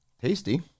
tasty